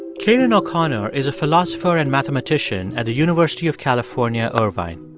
cailin o'connor is a philosopher and mathematician at the university of california, irvine.